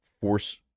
Force